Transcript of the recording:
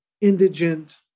indigent